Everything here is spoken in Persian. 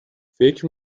فکر